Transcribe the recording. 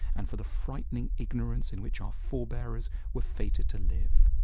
and for the frightening ignorance in which our for-bearers were fated to live.